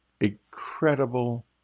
incredible